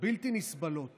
בלתי נסבלות